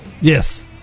Yes